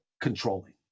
controlling